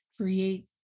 create